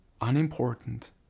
unimportant